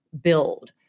build